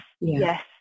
Yes